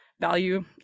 value